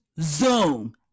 Zoom